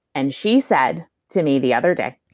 and she said to me the other day,